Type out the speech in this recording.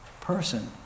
person